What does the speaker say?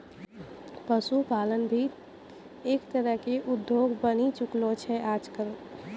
पशुपालन भी एक तरह के उद्योग बनी चुकलो छै आजकल